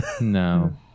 No